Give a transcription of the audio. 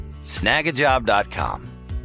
snagajob.com